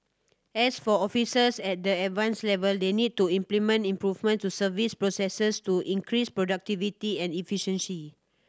as for officers at the Advanced level they need to implement improvements to service processes to increase productivity and efficiency